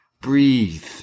breathe